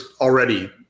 already